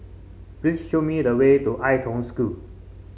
please show me the way to Ai Tong School